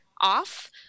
off